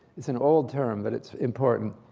it's an old term, but it's important.